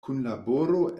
kunlaboro